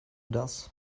das